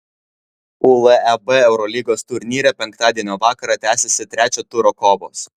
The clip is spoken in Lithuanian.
uleb eurolygos turnyre penktadienio vakarą tęsiasi trečio turo kovos